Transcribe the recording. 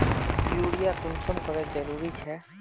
Urea कुंसम करे जरूरी छै?